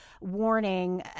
warning